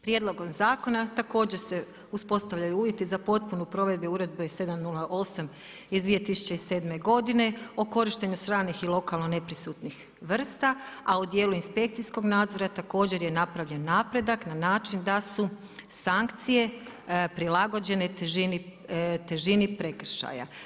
Prijedlogom zakona također se uspostavljaju uvjeti za potpunu provedbu uredbi iz 708 iz 2007. godine, o korištenju stranih i lokalno neprisutnih vrsta, a u dijelu inspekcijskog nadzora, također je napravljen napredak, na način da su sankcije prilagođene težini prekršaja.